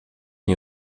nie